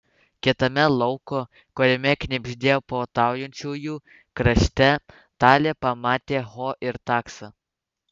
kitame lauko kuriame knibždėjo puotaujančiųjų krašte talė pamatė ho ir taksą